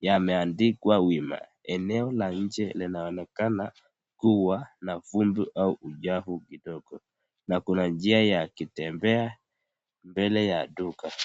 Yameandikwa wima. Eneo la nje linaonekana kuwa na vumbi au uchafu kidogo, na kuna njia ya kutembea mbele ya duka.